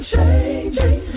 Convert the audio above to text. Changing